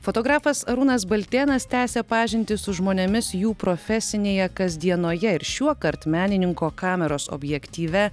fotografas arūnas baltėnas tęsia pažintį su žmonėmis jų profesinėje kasdienoje ir šiuokart menininko kameros objektyve